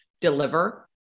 deliver